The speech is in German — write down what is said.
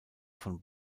von